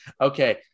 okay